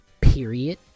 period